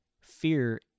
fear